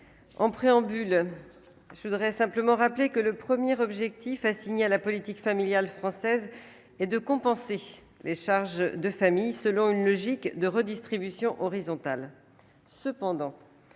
en préambule, je voudrais simplement rappeler que le 1er objectif assigné à la politique familiale française et de compenser les charges de famille selon une logique de redistribution horizontale